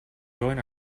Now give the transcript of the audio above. join